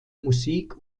musik